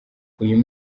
uyu